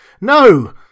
No